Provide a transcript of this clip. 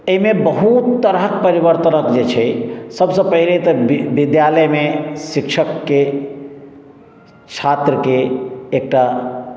एहिमे बहुत तरहक परिवर्तनक जे छै सभसँ पहिले तऽ विद्यालयमे शिक्षकके छात्रके एकटा